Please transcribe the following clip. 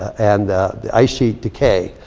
and the ice sheet decay.